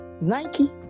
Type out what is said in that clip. Nike